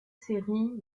série